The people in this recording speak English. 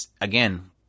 again